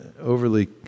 overly